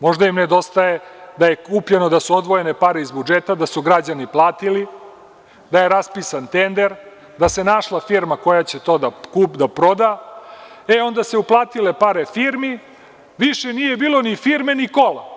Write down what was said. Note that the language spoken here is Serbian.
Možda im nedostaje da su odvojene pare iz budžeta, da su građani platili, da je raspisan tender, da se našla firma koja će to da proda, te onda su se uplatile pare firmi, pa više nije bilo ni firme ni kola